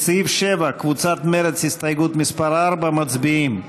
לסעיף 7, קבוצת מרצ, הסתייגות מס' 4, מצביעים.